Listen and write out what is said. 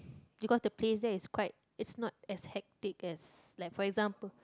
because the place there is quite it's not as hectic as like for example